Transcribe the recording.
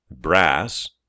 Brass